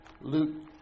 Luke